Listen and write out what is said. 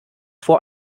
vor